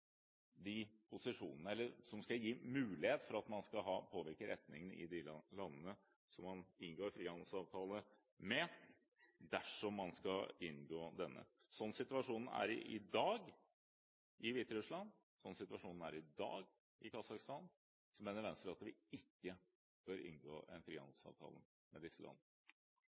de landene som man inngår frihandelsavtaler med. Slik situasjonen er i dag i Hviterussland, og slik situasjonen er i dag i Kasakhstan, mener Venstre at vi ikke bør inngå en frihandelsavtale med disse